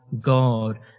God